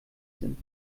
sind